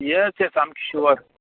येस yes सामकें sure